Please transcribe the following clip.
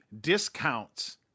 discounts